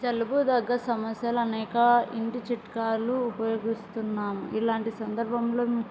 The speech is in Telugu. జలుబు దగ్గు సమస్యలు అనేక ఇంటి చిట్కాలు ఉపయోగిస్తున్నాం ఇలాంటి సందర్భంలో